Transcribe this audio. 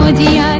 ah da